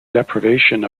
deprivation